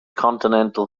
continental